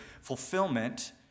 fulfillment